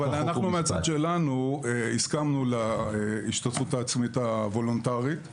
אנו מצדנו הסכמנו להשתתפות העצמית הוולונטרית.